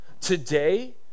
today